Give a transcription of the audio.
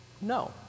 No